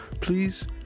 Please